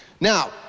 Now